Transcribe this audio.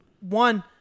one